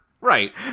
Right